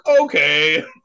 okay